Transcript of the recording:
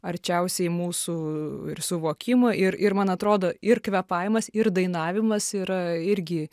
arčiausiai mūsų ir suvokimo ir ir man atrodo ir kvėpavimas ir dainavimas yra irgi